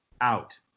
out